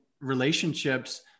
relationships